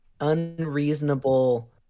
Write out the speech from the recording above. unreasonable